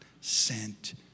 sent